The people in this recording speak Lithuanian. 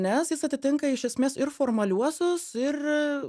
nes jis atitinka iš esmės ir formaliuosius ir